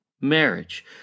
marriage